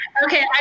Okay